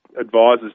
advisors